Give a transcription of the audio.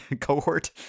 cohort